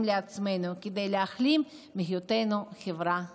לעצמנו כדי להחלים מהיותנו חברה אלימה.